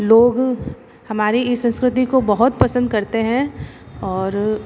लोग हमारी इस संस्कृति को बहुत पसंद करते हैं और